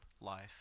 life